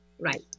Right